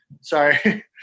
Sorry